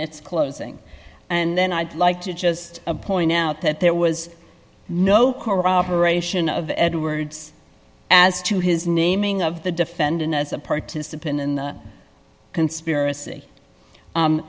its closing and then i'd like to just point out that there was no corroboration of edwards as to his naming of the defendant as a participant in the conspiracy